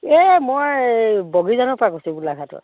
এই মই বগীজনৰ পৰা কৈছোঁ গোলাগাটৰ